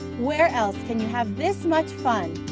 where else can you have this much fun,